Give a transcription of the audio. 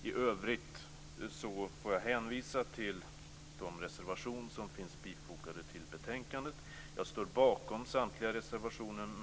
I övrigt får jag hänvisa till de reservationer som finns bifogade till betänkandet. Jag står bakom